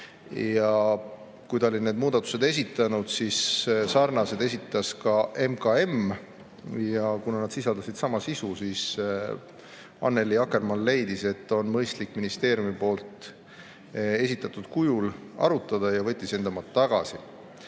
Kui ta oli need muudatused esitanud, siis sarnased esitas ka MKM ja kuna need sisaldasid sama sisu, siis Annely Akkermann leidis, et on mõistlik ministeeriumi esitatud kujul arutada, ja võttis enda omad